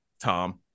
Tom